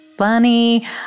Funny